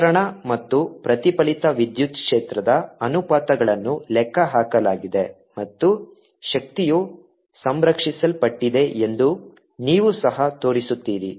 ಪ್ರಸರಣ ಮತ್ತು ಪ್ರತಿಫಲಿತ ವಿದ್ಯುತ್ ಕ್ಷೇತ್ರದ ಅನುಪಾತಗಳನ್ನು ಲೆಕ್ಕಹಾಕಲಾಗಿದೆ ಮತ್ತು ಶಕ್ತಿಯು ಸಂರಕ್ಷಿಸಲ್ಪಟ್ಟಿದೆ ಎಂದು ನೀವು ಸಹ ತೋರಿಸುತ್ತೀರಿ